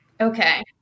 Okay